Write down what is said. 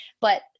but-